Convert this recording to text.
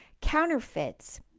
Counterfeits